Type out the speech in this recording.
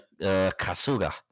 Kasuga